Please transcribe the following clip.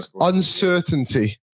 Uncertainty